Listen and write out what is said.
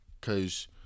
Cause